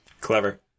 Clever